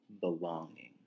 Belonging